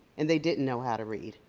and they didn't know how to read.